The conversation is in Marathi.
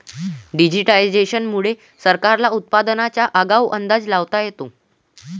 डिजिटायझेशन मुळे सरकारला उत्पादनाचा आगाऊ अंदाज लावता येतो